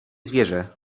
zwierzę